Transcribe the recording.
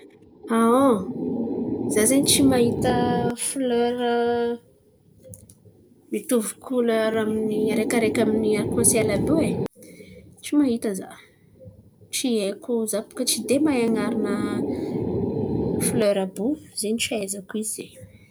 Za zen̈y tsy mahita folera mitovy kolera amin'ny araikiaraiky amin'ny arikansiely àby io e tsy mahita zah. Tsy haiko za baka tsy de mahay an̈arana folera àby io zen̈y tsy ahaizako izy zen̈y.